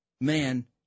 man